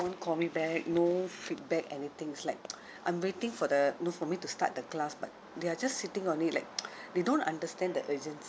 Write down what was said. call me back no feedback anything it's like I'm waiting for the you know for me to start the class but they are just sitting on it like they don't understand the urgency